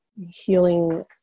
healing